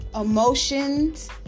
emotions